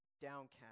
downcast